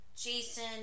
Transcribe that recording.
Jason